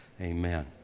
Amen